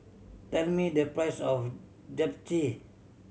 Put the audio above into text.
tell me the price of Japchae